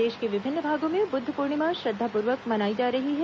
देश के विभिन्न भागों में बुद्ध पूर्णिमा श्रद्दापूर्वक मनायी जा रही है